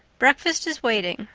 breakfast is waiting.